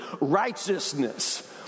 righteousness